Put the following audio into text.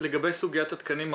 לגבי סוגיית התקנים,